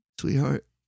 sweetheart